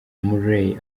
murray